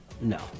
No